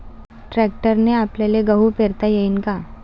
ट्रॅक्टरने आपल्याले गहू पेरता येईन का?